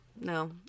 No